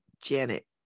Janet